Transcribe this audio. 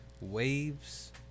waves